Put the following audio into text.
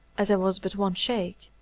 as there was but one sheik,